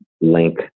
link